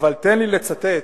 אבל תן לי לצטט.